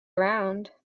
around